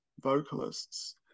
vocalists